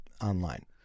online